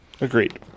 Agreed